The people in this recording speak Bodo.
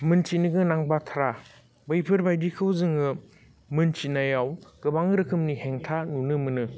मोनथिनो गोनां बाथ्रा बैफोरबादिखौ जोङो मोनथिनायाव गोबां रोखोमनि हेंथा नुनो मोनो